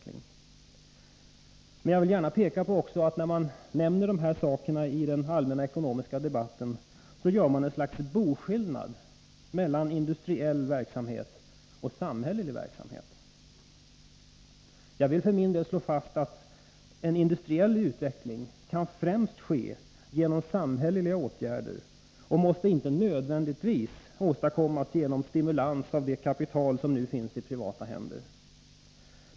Jag vill också gärna peka på att när man nämner dessa saker i den allmänna ekonomiska debatten, gör man en boskillnad mellan industriell verksamhet och samhällelig verksamhet. Jag vill för min del slå fast att en industriell utveckling kan ske främst genom samhälleliga åtgärder och inte nödvändigtvis måste åstadkommas genom stimulans av det kapital som finns i privata händer.